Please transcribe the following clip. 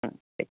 हूँ ठीक